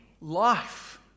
life